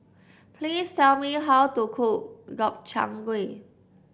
please tell me how to cook Gobchang Gui